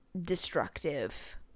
destructive